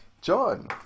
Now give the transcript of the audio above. John